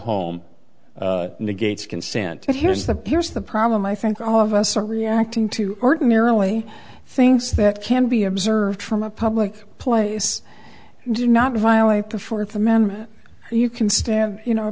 home negates consented here's the piers the problem i think all of us are reacting to ordinarily things that can be observed from a public place do not violate the fourth amendment you can stand you know a